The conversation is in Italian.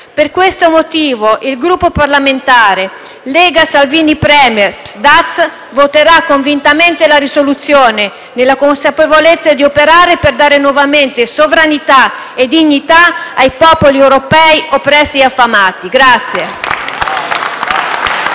Per questo motivo, il Gruppo parlamentare Lega-Salvini Premier- Partito Sardo d'Azione, voterà convintamente la risoluzione, nella consapevolezza di operare per dare nuovamente sovranità e dignità ai popoli europei oppressi e affamati.